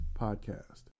Podcast